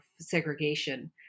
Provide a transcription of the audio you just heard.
segregation